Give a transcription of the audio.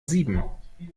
sieben